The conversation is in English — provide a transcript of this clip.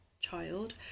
child